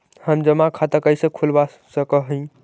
हम जमा खाता कैसे खुलवा सक ही?